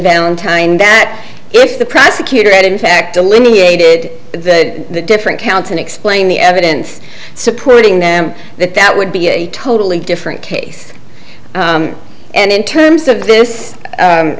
valentine that if the prosecutor had in fact delineated the different counts and explain the evidence supporting them that that would be a totally different case and in terms of this